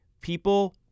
people